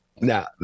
Now